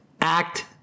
act